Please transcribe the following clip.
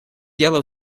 yellow